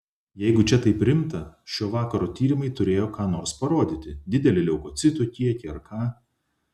jeigu čia taip rimta šio vakaro tyrimai turėjo ką nors parodyti didelį leukocitų kiekį ar ką